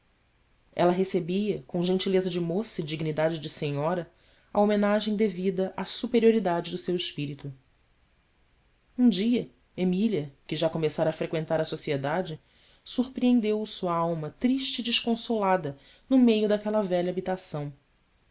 ela recebia com gentileza de moça e dignidade de senhora a homenagem devida à superioridade do seu espírito um dia emília que já começara a freqüentar a sociedade surpreendeu sua alma triste e desconsolada no meio daquela velha habitação